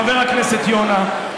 חבר הכנסת יונה,